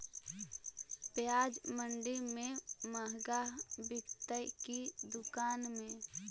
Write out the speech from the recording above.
प्याज मंडि में मँहगा बिकते कि दुकान में?